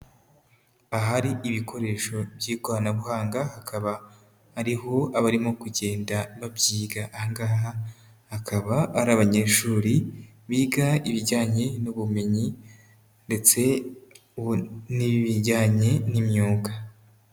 Ahari ibikoresho by'ikoranabuhanga, hakaba hariho abarimo kugenda babyiga, aha ngaha hakaba ari abanyeshuri biga ibijyanye n'ubumenyi ndetse n'ibijyanye n'imyuga.